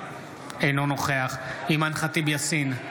אינו נוכח אימאן ח'טיב יאסין,